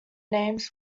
names